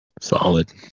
Solid